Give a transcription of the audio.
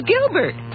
Gilbert